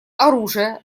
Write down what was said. оружия